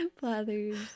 Blathers